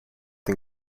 den